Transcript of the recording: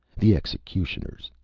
the executioners,